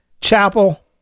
chapel